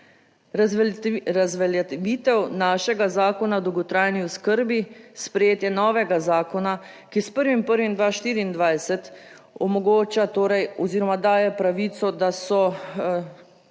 Razveljavitev našega zakona o dolgotrajni oskrbi, sprejetje novega zakona, ki s 1. 1. 2024 omogoča torej oziroma daje pravico, da so